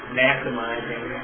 maximizing